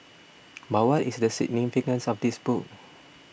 but what is the significance of this book